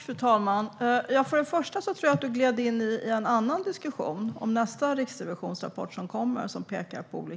Fru talman! Först och främst tror jag att du gled in i en annan diskussion om nästa riksrevisionsrapport som kommer, som pekar på